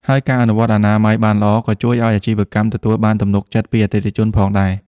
ហើយការអនុវត្តអនាម័យបានល្អក៏ជួយឱ្យអាជីវកម្មទទួលបានទំនុកចិត្តពីអតិថិជនផងដែរ។